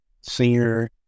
senior